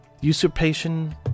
Usurpation